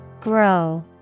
Grow